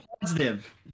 positive